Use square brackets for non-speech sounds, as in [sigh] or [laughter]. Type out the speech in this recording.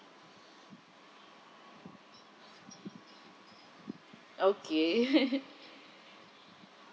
okay [laughs]